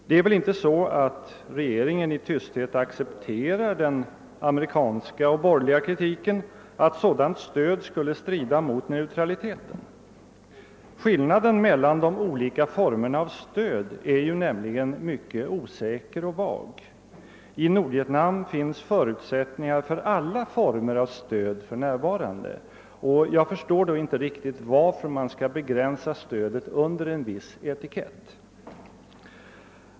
Det är väl inte så att regeringen i tysthet accepterar den ame rikanska och borgerliga kritiken som säger att ett sådant stöd skulle strida mot neutraliteten? Det kan vara svårt att fastställa skillnaden mellan olika former av stöd. I Nordvietnam finns förutsättningar för alla former av stöd för närvarande, och jag förstår inte riktigt varför man skall begränsa stödet under en viss etikett.